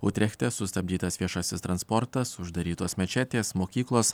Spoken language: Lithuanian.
utrechte sustabdytas viešasis transportas uždarytos mečetės mokyklos